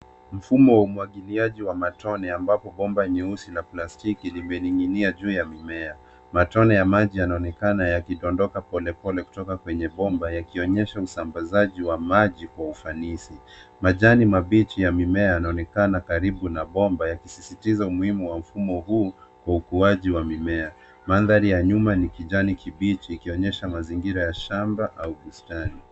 Mfumo wa umwagiliaji wa matone ambapo bomba nyeusi la plastiki limening'inia juu ya mmea. Matone ya maji yanaonekana yakidondoka polepole kutoka kwenye bomba yakionyesha usambazaji wa maji kwa ufanisi. Majani mabichi ya mimea yanaonekana karibu na bomba yakisisitiza umuhimu wa mfumo huu wa ukuaji wa mimea. Mandhari ya nyuma ni kijani kibichi ikionyesha mazingira ya shamba au bustani.